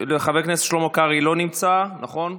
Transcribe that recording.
חבר הכנסת שלמה קרעי, לא נמצא, נכון?